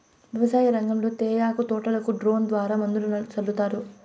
వ్యవసాయ రంగంలో తేయాకు తోటలకు డ్రోన్ ద్వారా మందులు సల్లుతారు